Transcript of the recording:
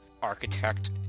architect